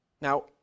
Now